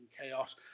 chaos